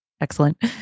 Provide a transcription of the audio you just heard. Excellent